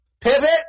pivot